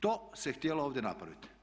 To se htjelo ovdje napraviti.